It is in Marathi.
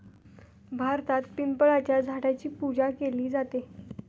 भारतात पिंपळाच्या झाडाची पूजा केली जाते